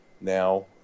now